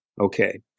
Okay